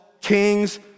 kings